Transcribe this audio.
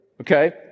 okay